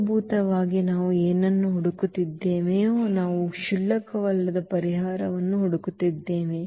ಮೂಲಭೂತವಾಗಿ ನಾವು ಏನನ್ನು ಹುಡುಕುತ್ತಿದ್ದೇವೆಯೋ ನಾವು ಕ್ಷುಲ್ಲಕವಲ್ಲದ ಪರಿಹಾರವನ್ನು ಹುಡುಕುತ್ತಿದ್ದೇವೆ